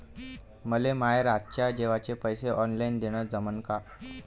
मले माये रातच्या जेवाचे पैसे ऑनलाईन देणं जमन का?